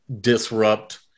disrupt